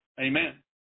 Amen